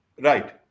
right